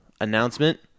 announcement